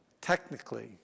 Technically